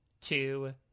two